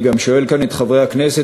אני גם שואל כאן את חברי הכנסת,